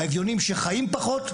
האביונים שחיים פחות,